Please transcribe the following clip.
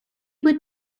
would